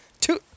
Two